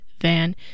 Van